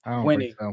winning